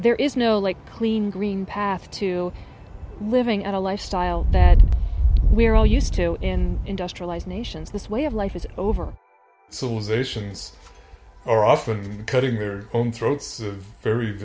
there is no clean green path to living in a lifestyle that we're all used to in industrialized nations this way of life is over civilizations are often cutting their own throats very